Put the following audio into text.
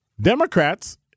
Democrats